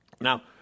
now